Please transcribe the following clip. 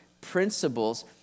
principles